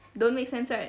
don't make sense right